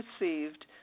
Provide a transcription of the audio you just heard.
received